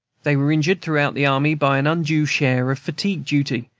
they were injured throughout the army by an undue share of fatigue duty,